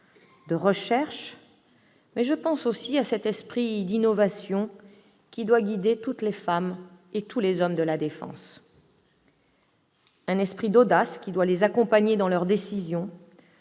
de recherche, mais également de cet esprit d'innovation qui doit guider toutes les femmes et tous les hommes de la défense. L'audace doit les accompagner dans leurs décisions,